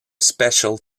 special